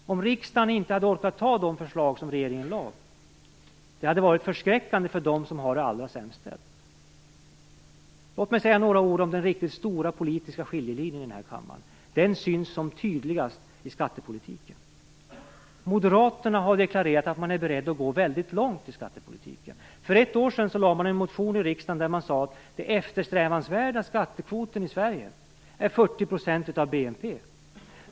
Om riksdagen inte hade orkat ta de förslag som regeringen lade hade det varit förskräckande för dem som har det allra sämst ställt. Låt mig säga några ord om den riktigt stora politiska skiljelinjen här i kammaren. Den syns som tydligast i skattepolitiken. Moderaterna har deklarerat att man är beredda att gå väldigt långt i skattepolitiken. För ett år sedan lade man fram en motion i riksdagen där man sade att den eftersträvansvärda skattekvoten i Sverige är 40 % av BNP.